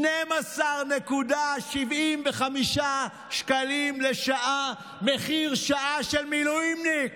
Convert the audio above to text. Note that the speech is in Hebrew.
12.75 שקלים לשעה, מחיר שעה של מילואימניק.